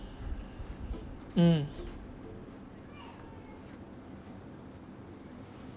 mm